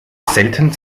selten